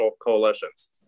coalitions